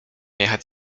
jechać